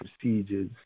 procedures